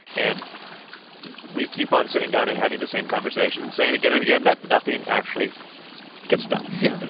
and we keep on sitting down and having the same conversation and saying, again and again, that nothing actually gets done. yeah. in